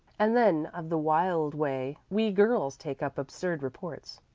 and then of the wild way we girls take up absurd reports.